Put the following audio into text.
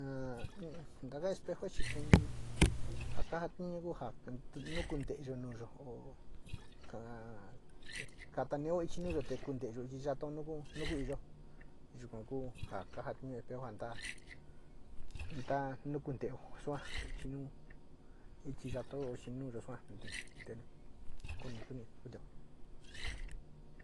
A traves espejo chi in ja kajatiun ja no kunteyo nuyo o kaa kata neo ichi nuyo te ku inteyo ichi yatao no ky, nuku sua ichii nu, ichi yatao, ichi nuyo sua te nu kanu ni kuiteo.